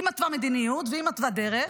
היא מתווה מדיניות והיא מתווה דרך,